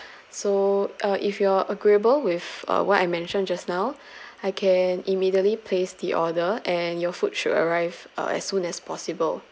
so uh if you are agreeable with uh what I mentioned just now I can immediately place the order and your food should arrive uh as soon as possible